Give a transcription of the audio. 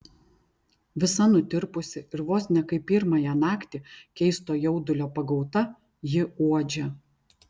visa nutirpusi ir vos ne kaip pirmąją naktį keisto jaudulio pagauta ji uodžia